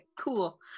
Cool